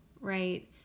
right